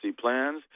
plans